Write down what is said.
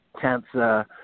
cancer